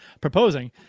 Proposing